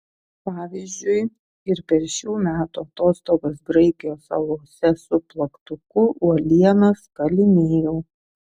pavyzdžiui ir per šių metų atostogas graikijos salose su plaktuku uolienas kalinėjau